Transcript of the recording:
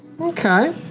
Okay